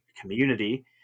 community